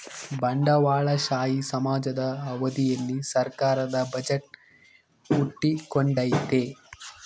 ಬಂಡವಾಳಶಾಹಿ ಸಮಾಜದ ಅವಧಿಯಲ್ಲಿ ಸರ್ಕಾರದ ಬಜೆಟ್ ಹುಟ್ಟಿಕೊಂಡೈತೆ